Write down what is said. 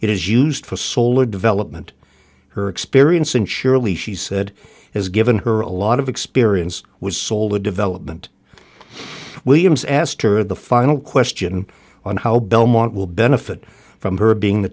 is used for solar development her experience and surely she said has given her a lot of experience was sold of development williams asked her the final question on how belmont will benefit from her being the